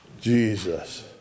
Jesus